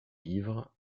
livres